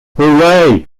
hooray